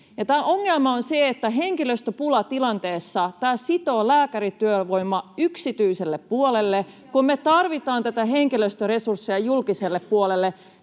Ja ongelma on se, että henkilöstöpulatilanteessa tämä sitoo lääkärityövoimaa yksityiselle puolelle, kun me tarvitaan tätä henkilöstöresurssia julkiselle puolelle,